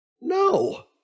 No